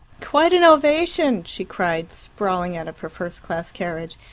quite an ovation, she cried, sprawling out of her first-class carriage.